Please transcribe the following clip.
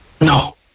No